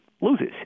loses